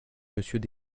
monsieur